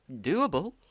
doable